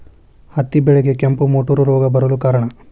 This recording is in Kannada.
ಹತ್ತಿ ಬೆಳೆಗೆ ಕೆಂಪು ಮುಟೂರು ರೋಗ ಬರಲು ಕಾರಣ?